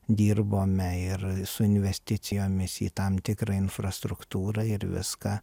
dirbome ir su investicijomis į tam tikrą infrastruktūrą ir viską